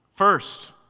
first